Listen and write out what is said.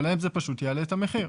ולהם זה פשוט יעלה את המחיר.